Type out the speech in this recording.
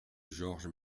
georges